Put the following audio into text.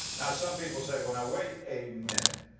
now some people say, well, now wait a minute.